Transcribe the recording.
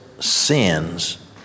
sins